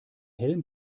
hellen